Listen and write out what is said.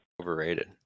Overrated